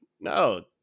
no